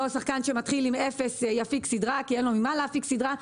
לא שחקן שמתחיל עם אפס יפיק סדרה כי אין לו ממה להפיק סדרה,